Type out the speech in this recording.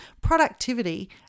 productivity